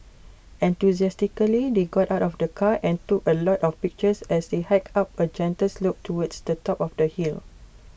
enthusiastically they got out of the car and took A lot of pictures as they hiked up A gentle slope towards the top of the hill